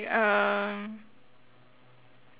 um